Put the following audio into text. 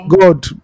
God